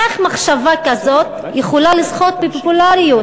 איך מחשבה כזאת יכולה לזכות בפופולריות?